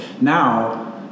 now